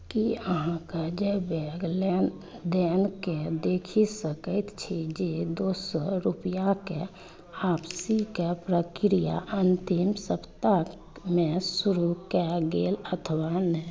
की अहाँके जे बैंकके लेनदेनके देखि सकैत छी जे दू सए रुपैआके वापसीके प्रक्रिया अन्तिम सप्ताहमे शुरू कएल गेल अथवा नहि